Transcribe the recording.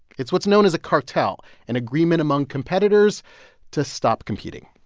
it's what's known as a cartel, an agreement among competitors to stop competing.